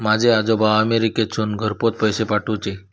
माझे आजोबा अमेरिकेतसून घरपोच पैसे पाठवूचे